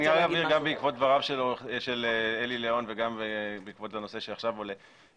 בעקבות דבריו של אלי ליאון וגם בעקבות הנושא שעכשיו עולה.